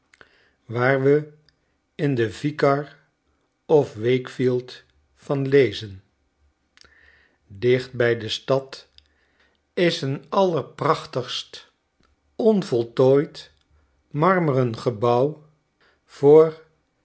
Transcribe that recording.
waar we in de vicar of wakefield van lezen dicht bij de stad is een allerprachtigst onvoltooid marmeren gebouw voor